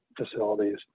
facilities